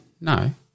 no